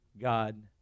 God